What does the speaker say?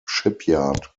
shipyard